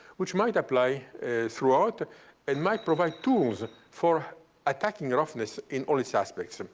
which might apply throughout and might provide tools for attacking roughness in all its aspects. and